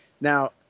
Now